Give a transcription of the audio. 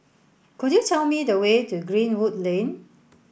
could you tell me the way to Greenwood Lane